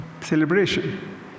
celebration